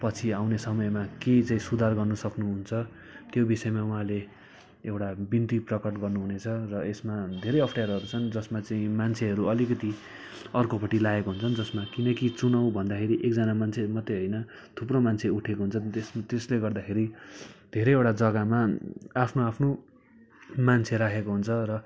पछि आउने समयमा के चाहिँ सुधार गर्न सक्नुहुन्छ त्यो विषयमा उहाँले एउटा बिन्ती प्रकट गर्नुहुनेछ र यसमा धेरै अप्ठ्याराहरू छन् जसमा चाहिँ मान्छेहरू अलिकति अर्कोपट्टि लागेको हुन्छन् जसमा किनकि चुनाउ भन्दाखेरि एकजना मान्छे मात्रै होइन थुप्रो मान्छे उठेको हुन्छन् त्यस त्यसले गर्दाखेरि धेरैवटा जग्गामा आफ्नो आफ्नो मान्छे राखेको हुन्छ र